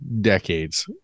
decades